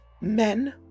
men